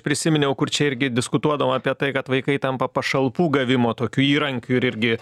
prisiminiau kur čia irgi diskutuodavom apie tai kad vaikai tampa pašalpų gavimo tokiu įrankiu ir irgi